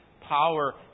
power